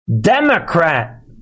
Democrat